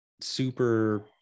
super